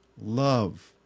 love